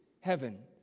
heaven